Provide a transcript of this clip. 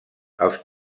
els